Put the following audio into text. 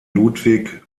ludwig